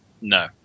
No